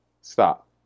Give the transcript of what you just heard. stop